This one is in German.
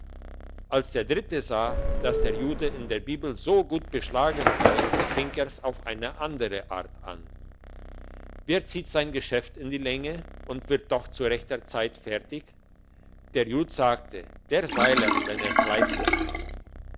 als der dritte sah dass der jude in der bibel so gut beschlagen sei fing er's auf eine andere art an wer zieht sein geschäft in die länge und wird doch zu rechter zeit fertig der jud sagte der seiler wenn er fleissig ist